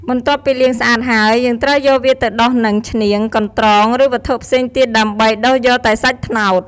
បន្ទាប់ពីលាងស្អាតហើយ យើងត្រូវយកវាទៅដុសនឹង ឈ្នៀង កន្រ្តង ឬវត្ថុផ្សេងទៀត ដើម្បីដុសយកតែសាច់ត្នោត។